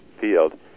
field